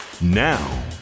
now